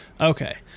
Okay